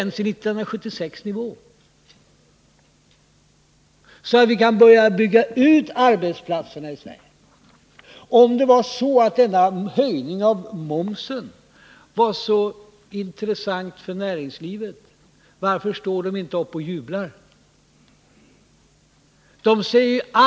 Vi är inte ens uppe på 1976 års nivå. Om denna höjning av momsen är så intressant för näringslivet, varför står då inte näringslivets företrädare upp och jublar?